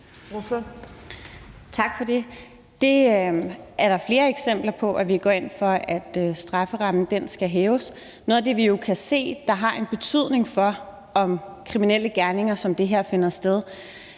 (EL): Tak for det. Der er flere eksempler på, at vi går ind for, at strafferammen skal hæves, når vi kan se, at det har en betydning for, om kriminelle gerninger som den her finder sted,